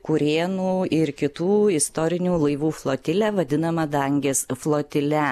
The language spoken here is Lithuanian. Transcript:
kurėnų ir kitų istorinių laivų flotilę vadinamą dangės flotile